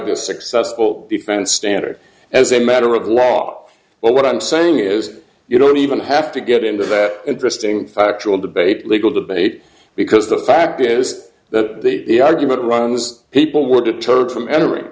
the successful defense standard as a matter of law well what i'm saying is you don't even have to get into that interesting factual debate legal debate because the fact is that the argument run was people were deterred from entering